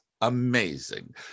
amazing